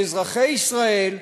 שאזרחי ישראל,